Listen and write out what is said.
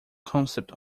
concept